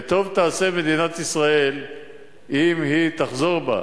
וטוב תעשה מדינת ישראל אם היא תחזור בה